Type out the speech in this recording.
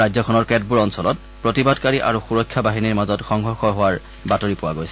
ৰাজ্যখনৰ কেতবোৰ অঞ্চলত প্ৰতিবাদকাৰী আৰু সুৰক্ষা বাহিনীৰ মাজত সংঘৰ্ষ হোৱাৰ বাতৰি পোৱা গৈছে